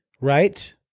right